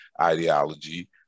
ideology